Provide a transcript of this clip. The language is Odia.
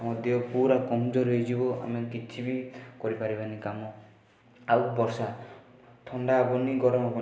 ଆମ ଦେହ ପୁରା କମଜୋର ହେଇଯିବ ଆମେ କିଛି ବି କରିପାରିବାନି କାମ ଆଉ ବର୍ଷା ଥଣ୍ଡା ହେବନି ଗରମ ହେବନି